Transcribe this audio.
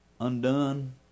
Undone